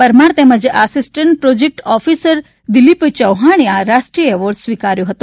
પરમાર તેમજ assistance project officer Dilip ચૌહાણે એ રાષ્ટ્રીય એવોર્ડ સ્વીકાર્યો હતો